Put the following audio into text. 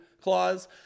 clause